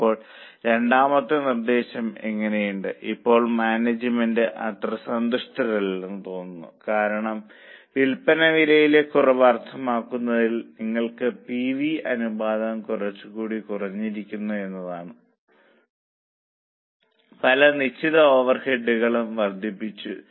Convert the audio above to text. അപ്പോൾ രണ്ടാമത്തെ നിർദ്ദേശം എങ്ങനെയുണ്ട് ഇപ്പോൾ മാനേജ്മെന്റ് അത്ര സന്തുഷ്ടരല്ലെന്ന് തോന്നുന്നു കാരണം വില്പന വിലയിലെ കുറവ് അർത്ഥമാക്കുന്നത് നിങ്ങൾക്ക് പി വി അനുപാതം കുറച്ചുകൂടി കുറഞ്ഞിരിക്കുന്നു എന്നാണ് പല നിശ്ചിത ഓവർഹെഡുകളും വർദ്ധിച്ചു